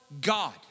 God